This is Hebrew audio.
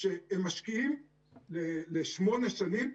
כשהם משקיעים לשמונה שנים,